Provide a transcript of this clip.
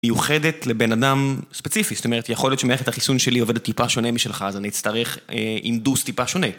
מיוחדת לבן אדם ספציפי, זאת אומרת, יכול להיות שמערכת החיסון שלי עובדת טיפה שונה משלך, אז אני אצטרך הינדוס טיפה שונה.